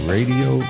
Radio